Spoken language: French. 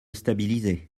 stabiliser